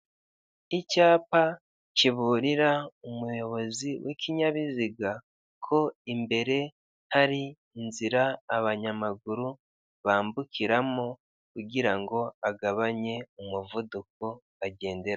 Icyapa kiburira umuyobozi w'ikinyabiziga ko imbere hari inzira abanyamaguru bambukiramo kugira ngo agabanye umuvuduko agenderaho.